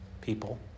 people